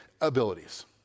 abilities